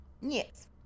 yes